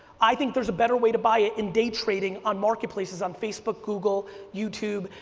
i think there's a better way to buy it in day trading on marketplaces, on facebook, google, youtube,